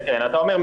אתה אומר,